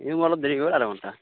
এই মোৰ অলপ দেৰি হ'ল আধা ঘণ্টা